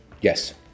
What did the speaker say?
Yes